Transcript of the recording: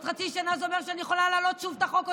עוד חצי שנה זה אומר שאני יכולה להעלות את החוק שוב,